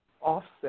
offset